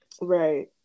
right